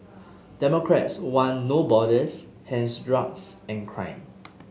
democrats want No Borders hence drugs and crime